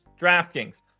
DraftKings